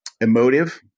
emotive